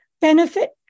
benefit